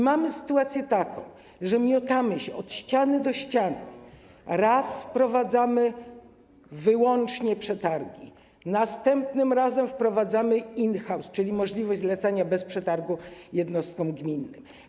Mamy taką sytuację, że miotamy się od ściany do ściany, raz wprowadzamy wyłącznie przetargi, następnym razem wprowadzamy in-house, czyli możliwość zlecania bez przetargu jednostkom gminnym.